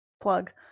plug